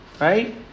right